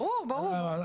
ברור, ברור.